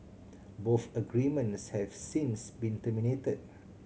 both agreements have since been terminated